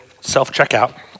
self-checkout